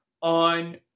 on